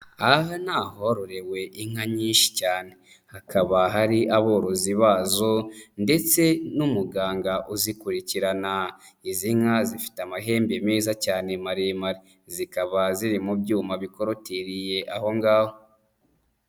Aha ni ahororewe inka nyinshi cyane hakaba hari aborozi bazo ndetse n'umuganga uzikurikirana. Izi nka zifite amahembe meza cyane maremare, zikaba ziri mu byuma bikorotiriye aho ngaho.